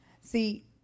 See